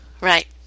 Right